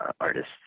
artists